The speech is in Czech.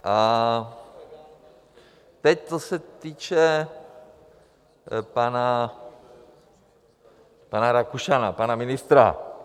A teď co se týče pana Rakušana, pana ministra.